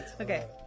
Okay